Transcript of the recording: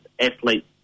athletes